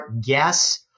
guess